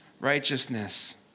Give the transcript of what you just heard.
righteousness